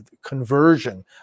conversion